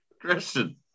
Christian